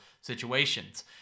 situations